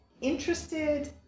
interested